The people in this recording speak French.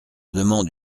demande